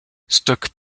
stoke